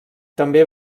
també